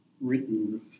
written